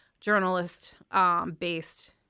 journalist-based